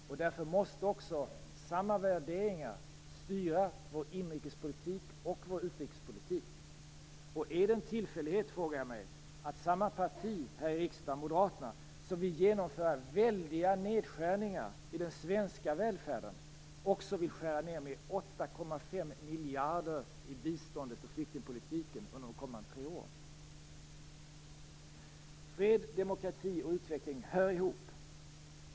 Därför måste också samma värderingar styra vår inrikespolitik och vår utrikespolitik. Är det en tillfällighet, frågar jag mig, att samma parti här i riksdagen, Moderaterna, som vill genomföra väldiga nedskärningar i den svenska välfärden, också vill skära ned med 8,5 miljarder kronor i biståndet och flyktingpolitiken under de kommande tre åren? Fred, demokrati och utveckling hör ihop.